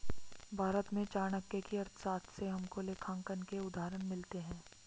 भारत में चाणक्य की अर्थशास्त्र से हमको लेखांकन के उदाहरण मिलते हैं